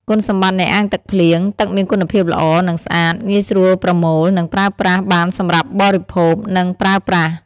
គុណសម្បត្តិនៃអាងទឹកភ្លៀង ទឹកមានគុណភាពល្អ និងស្អាត។ ងាយស្រួលប្រមូល និងប្រើប្រាស់បានសម្រាប់បរិភោគ និងប្រើប្រាស់។